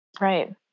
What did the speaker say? Right